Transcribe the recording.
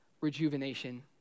rejuvenation